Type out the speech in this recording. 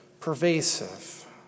pervasive